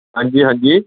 ਹਾਂਜੀ ਹਾਂਜੀ